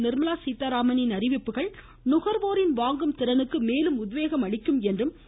நிர்மலா சீதாராமனின் அறிவிப்புகள் நுகர்வோரின் வாங்கும் திறனுக்கு மேலும் உத்வேகம் அளிக்கும் என்று பிரதமர் திரு